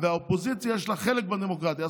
חשובה ולאופוזיציה יש חלק בדמוקרטיה.